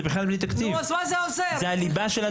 זוהי הליבה של הדברים,